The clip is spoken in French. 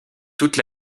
toute